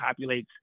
populates